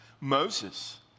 Moses